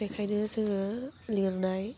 बेखायनो जोङो लिरनाय